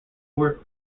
work